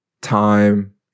time